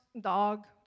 dog